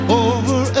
over